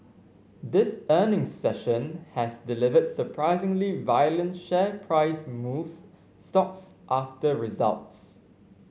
this earnings session has delivered surprisingly violent share price moves stocks after results